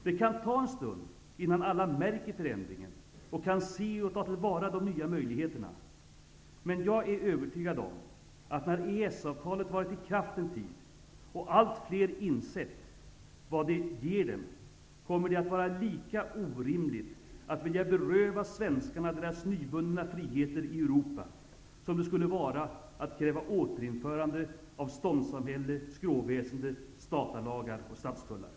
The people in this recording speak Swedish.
Det kan ta en stund innan alla märker förändringen och kan se och ta till vara de nya möjligheterna. Men jag är övertygad om, att när EES-avtalet varit i kraft en tid och allt flera insett vad det ger dem, kommer det att vara lika orimligt att vilja beröva svenskarna deras nyvunna friheter i Europa som det skulle vara att kräva återinförande av ståndssamhälle, skråväsende, statarlagar och stadstullar!